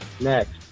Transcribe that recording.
Next